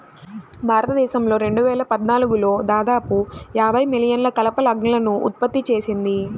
భారతదేశం రెండు వేల పద్నాలుగులో దాదాపు యాభై మిలియన్ల కలప లాగ్లను ఉత్పత్తి చేసింది